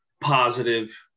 positive